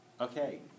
Okay